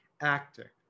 actor